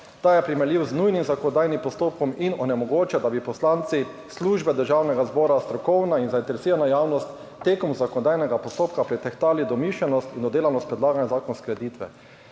Ta je primerljiv z nujnim zakonodajnim postopkom in onemogoča, da bi poslanci, službe Državnega zbora, strokovna in zainteresirana javnost tekom zakonodajnega postopka pretehtali domišljenost in obdelanost predlagane zakonske ureditve,